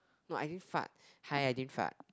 no I didn't fart hi I didn't fart